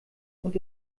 und